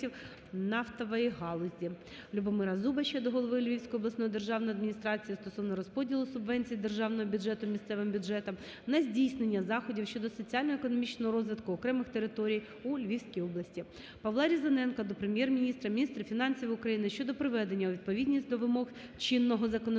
Любомира Зубача до голови Львівської обласної державної адміністрації стосовно розподілу субвенції з державного бюджету місцевим бюджетам на здійснення заходів щодо соціально-економічного розвитку окремих територій у Львівській області. Павла Різаненка до Прем'єр-міністра, міністра фінансів України щодо приведення у відповідність до вимог чинного законодавства